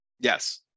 Yes